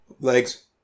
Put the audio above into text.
Legs